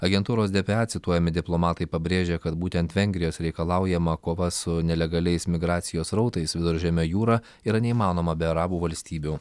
agentūros dpa cituojami diplomatai pabrėžia kad būtent vengrijos reikalaujama kova su nelegaliais migracijos srautais viduržemio jūra yra neįmanoma be arabų valstybių